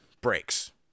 breaks